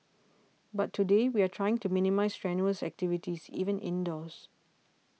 but today we are trying to minimise strenuous activities even indoors